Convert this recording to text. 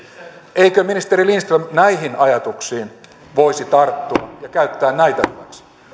eikö ministeri lindström näihin ajatuksiin voisi tarttua ja käyttää näitä